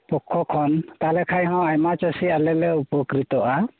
ᱯᱚᱠᱷᱚ ᱠᱷᱚᱱ ᱛᱟᱦᱞᱮ ᱠᱷᱟᱱ ᱦᱚᱸ ᱟᱭᱢᱟ ᱪᱟ ᱥᱤ ᱟᱞᱮᱞᱮ ᱩᱯᱚᱠᱨᱤᱛᱚᱜ ᱟ